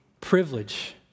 privilege